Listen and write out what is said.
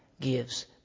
gives